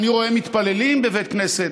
אני רואה מתפללים בבית כנסת,